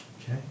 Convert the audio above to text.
Okay